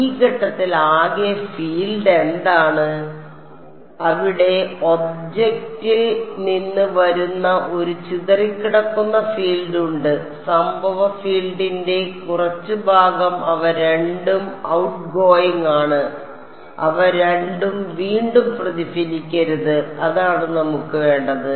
ഈ ഘട്ടത്തിൽ ആകെ ഫീൽഡ് എന്താണ് അവിടെ ഒബ്ജക്റ്റിൽ നിന്ന് വരുന്ന ഒരു ചിതറിക്കിടക്കുന്ന ഫീൽഡ് ഉണ്ട് സംഭവ ഫീൽഡിന്റെ കുറച്ച് ഭാഗം അവ രണ്ടും ഔട്ട്ഗോയിംഗ് ആണ് അവ രണ്ടും വീണ്ടും പ്രതിഫലിക്കരുത് അതാണ് നമുക്ക് വേണ്ടത്